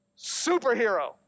superhero